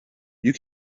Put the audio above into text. you